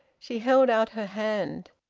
she held out her hand.